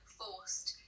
forced